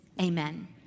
amen